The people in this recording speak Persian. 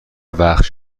وقت